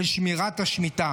שמירת השמיטה.